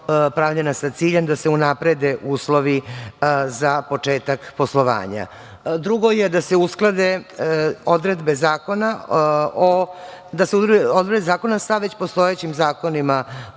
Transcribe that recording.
pravljena sa ciljem da se unaprede uslovi za početak poslovanja. Drugo je da se usklade odredbe zakona sa već postojećim zakonima